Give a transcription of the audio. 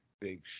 big